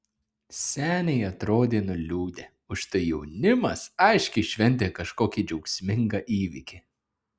seniai atrodė nuliūdę užtai jaunimas aiškiai šventė kažkokį džiaugsmingą įvykį